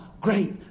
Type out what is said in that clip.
great